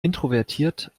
introvertiert